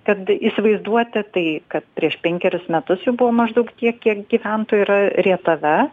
kad įsivaizduoti tai kad prieš penkerius metus jų buvo maždaug tiek kiek gyventojų yra rietave